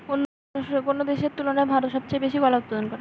অন্য যেকোনো দেশের তুলনায় ভারত সবচেয়ে বেশি কলা উৎপাদন করে